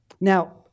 Now